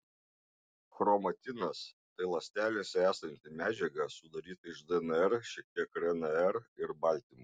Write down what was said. chromatinas tai ląstelėse esanti medžiaga sudaryta iš dnr šiek tiek rnr ir baltymų